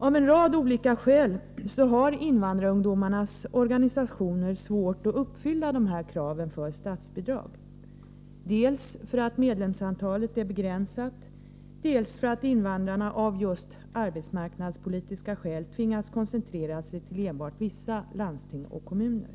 Av en rad olika skäl har invandrarungdomarnas organisationer svårt att uppfylla kraven för statsbidrag — dels för att medlemsantalet är begränsat, dels för att invandrarna av just arbetsmarknadspolitiska skäl tvingats koncentrera sig till enbart vissa landsting och kommuner.